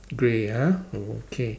grey ah okay